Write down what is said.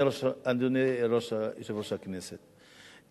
אדוני יושב-ראש הכנסת,